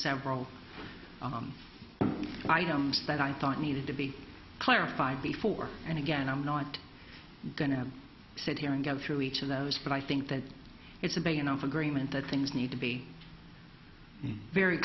several items that i thought needed to be clarified before and again i'm not going to sit here and get through each of those but i think that it's a big enough agreement that things need to be very